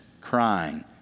crying